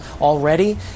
already